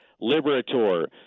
liberator